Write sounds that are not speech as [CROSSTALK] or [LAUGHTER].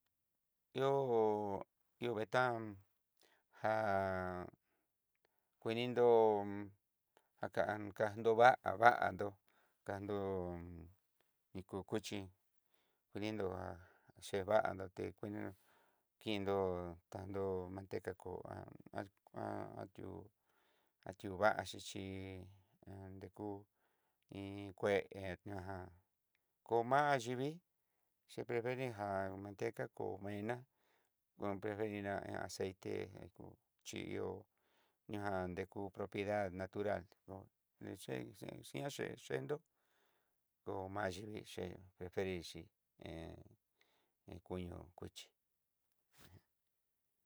Ihó-ihó vetan, ja kuinindó [HESITATION] jakandó va'a vandó kando ni ku kuxhí, kudindó [HESITATION] evando tí cuenta kindó, tando manteca kó [HESITATION] an [HESITATION] ó [HESITATION] ó va xhiyi [HESITATION] uku iin kué ñajan komaxhi vid, chepe venri já manteca kó mena kon preferina aceité, aku chí ihó ña eku propiedad, natural ochen xhiá chen chendó, ko maxhi vid chen preferichi hé koño, kochí.